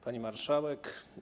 Pani Marszałek!